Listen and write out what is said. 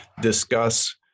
discuss